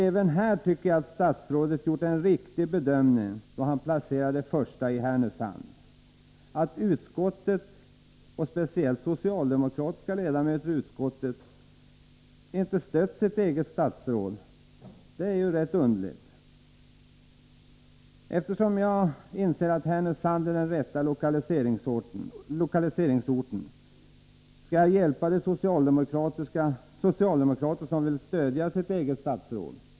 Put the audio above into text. Även här tycker jag att statsrådet har gjort en riktig bedömning, när han vill placera den första gymnasieskolan i Härnösand. Att utskottet, och speciellt de socialdemokratiska ledamöterna, inte har stött sitt eget statsråd är rätt underligt. Eftersom jag inser att Härnösand är den rätta lokaliseringsorten skall jag hjälpa de socialdemokrater som vill stödja sitt eget statsråd.